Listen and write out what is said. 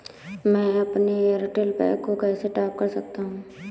मैं अपने Airtel pack को कैसे टॉप अप कर सकता हूँ?